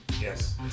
Yes